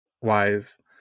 wise